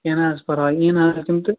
کیٚنٛہہ نہَ حظ چھُ پَرواے یِیِن حظ تِم تہٕ